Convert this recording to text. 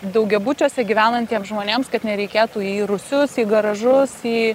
daugiabučiuose gyvenantiem žmonėms kad nereikėtų į rūsius į garažus į